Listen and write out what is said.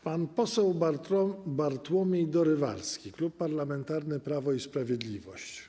Pan poseł Bartłomiej Dorywalski, Klub Parlamentarny Prawo i Sprawiedliwość.